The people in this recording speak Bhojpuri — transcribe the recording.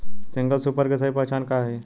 सिंगल सुपर के सही पहचान का हई?